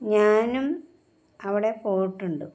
ഞാനും അവിടെ പോയിട്ടുണ്ട്